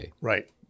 Right